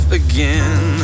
again